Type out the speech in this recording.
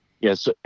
Yes